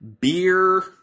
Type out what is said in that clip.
beer